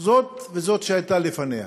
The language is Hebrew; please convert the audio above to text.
זאת וזאת שהייתה לפניה,